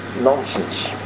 nonsense